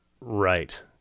Right